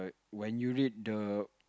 when you read the